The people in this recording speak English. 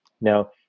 Now